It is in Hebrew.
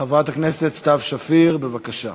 חברת הכנסת סתיו שפיר, בבקשה.